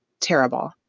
terrible